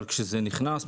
אבל כשזה נכנס,